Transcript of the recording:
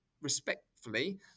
respectfully